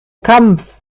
kampf